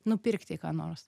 nupirkti ką nors